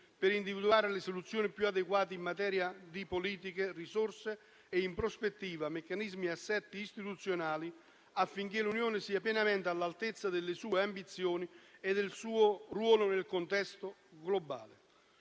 per individuare le soluzioni più adeguate in materia di politiche, risorse e, in prospettiva, meccanismi e assetti istituzionali, affinché l'Unione sia pienamente all'altezza delle sue ambizioni e del suo ruolo nel contesto globale.